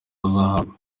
bazahabwa